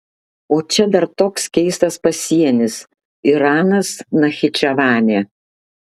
o čia dar toks keistas pasienis iranas nachičevanė